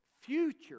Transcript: future